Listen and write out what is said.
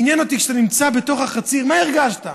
עניין אותי, כשאתה נמצאת בתוך החציר, מה הרגשת?